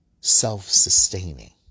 self-sustaining